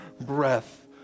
breath